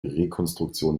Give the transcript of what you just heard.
rekonstruktion